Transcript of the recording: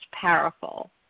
powerful